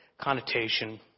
connotation